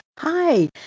Hi